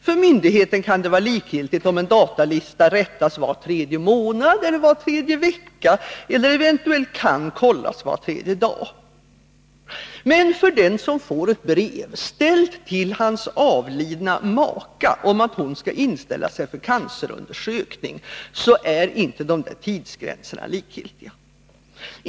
För myndigheten kan det vara likgiltigt om en datalista rättas var tredje månad, var tredje vecka eller eventuellt kan kollas var tredje dag. Men för den som får ett brev, ställt till sin avlidna maka, om att hon skall inställa sig för cancerundersökning, är det inte likgiltigt.